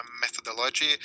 methodology